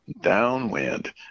downwind